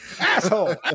asshole